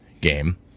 game